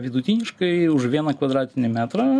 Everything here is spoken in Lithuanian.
vidutiniškai už vieną kvadratinį metrą